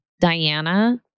Diana